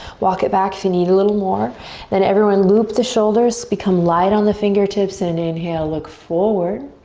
walk it back if you need a little more then everyone loop the shoulders, become light on the fingertips, and and inhale look forward.